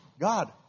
God